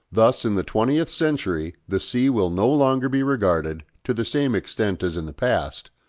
thus in the twentieth century the sea will no longer be regarded, to the same extent as in the past,